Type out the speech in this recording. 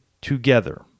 together